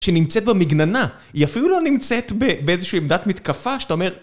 שנמצאת במגננה, היא אפילו לא נמצאת באיזושהי עמדת מתקפה, שאתה אומר...